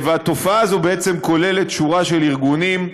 והתופעה הזאת בעצם כוללת שורה של ארגונים,